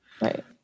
Right